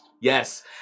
Yes